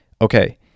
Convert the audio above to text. Okay